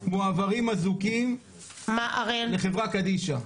מועברים אזוקים לחברה קדישא.